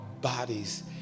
bodies